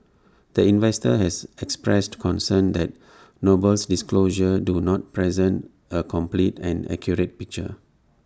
the investor has expressed concerns that Noble's disclosures do not present A complete and accurate picture